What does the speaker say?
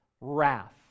wrath